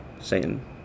Satan